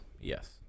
yes